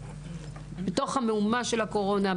מתוך המהומה של הקורונה,